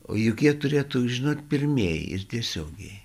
o juk jie turėtų žinot pirmieji ir tiesiogiai